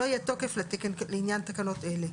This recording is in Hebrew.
לא יהיה תוקף לתקן לעניין תקנות אלה,